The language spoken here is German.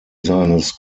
seines